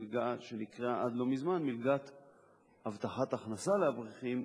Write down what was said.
מלגה שנקראה עד לא מזמן "מלגת הבטחת הכנסה לאברכים",